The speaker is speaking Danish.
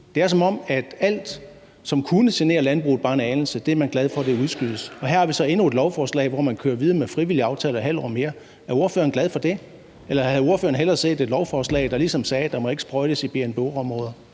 Det er, som om alt, som kunne genere landbruget bare en anelse, er man glad for udskydes. Her har vi så endnu et lovforslag, hvor man kører videre med frivillige aftaler et halvt år mere. Er ordføreren glad for det, eller havde ordføreren hellere set et lovforslag, der ligesom sagde, at der ikke må sprøjtes i BNBO-områder?